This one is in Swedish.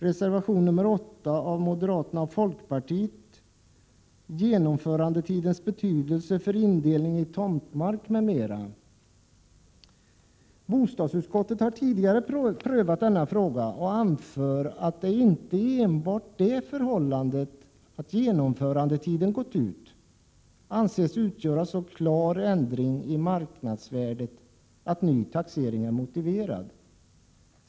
Reservation nr 8 av moderater och folkpartister gäller genomförandetidens betydelse för indelning i tomtmark m.m. Bostadsutskottet har tidigare prövat denna fråga och anför att inte enbart det förhållandet att genomförandetiden gått ut anses utgöra så klar ändring av marknadsvärdet att ny taxering är motiverad.